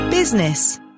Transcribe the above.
Business